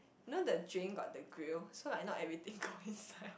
you know the drain got the grill so like not everything go inside